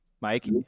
Mike